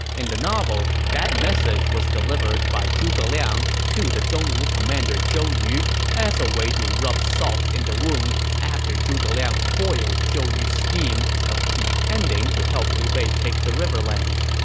in the novel, that message was delivered by zhuge liang to the dongwu commander zhou yu as a way to rub salt in the wound after zhuge liang foiled zhou yu's scheme of pretending to help liu bei take the riverlands.